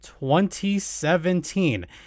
2017